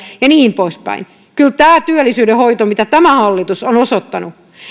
ja niin poispäin kyllä tämä työllisyyden hoito mitä tämä hallitus on osoittanut